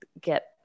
get